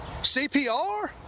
CPR